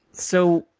so,